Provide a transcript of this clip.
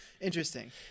Interesting